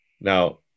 now